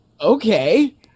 okay